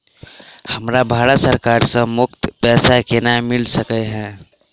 हमरा भारत सरकार सँ मुफ्त पैसा केना मिल सकै है?